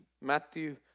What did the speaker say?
Matthew